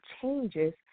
changes